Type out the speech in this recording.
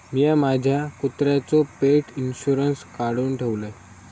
मिया माझ्या कुत्र्याचो पेट इंशुरन्स काढुन ठेवलय